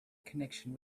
connection